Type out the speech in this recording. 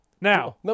now